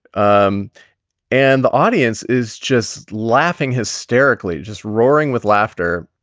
um and the audience is just laughing hysterically, just roaring with laughter.